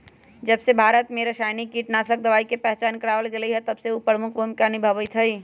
जबसे भारत में रसायनिक कीटनाशक दवाई के पहचान करावल गएल है तबसे उ प्रमुख भूमिका निभाई थई